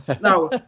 now